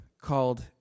called